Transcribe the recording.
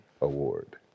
award